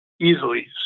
easily